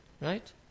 Right